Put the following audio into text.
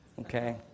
Okay